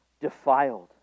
defiled